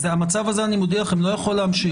המצב הזה, אני מודיע לכם, לא יכול להמשיך.